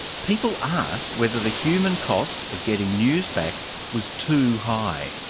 people asked whether the human cost of getting news back was too high.